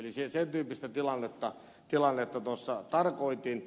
sen tyyppistä tilannetta tarkoitin